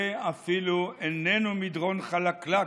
זה אפילו איננו מדרון חלקלק,